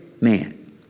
man